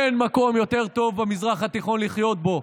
אין מקום יותר טוב במזרח התיכון לחיות בו,